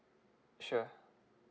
sure